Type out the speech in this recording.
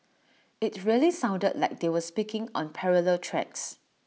IT really sounded like they were speaking on parallel tracks